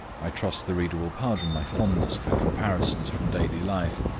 i trust the reader will pardon my fondness for comparisons from daily life,